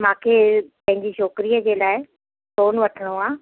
मांखे पंहिंजी छोकरीअ जे लाइ सोन वठिणो आहे